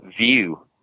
view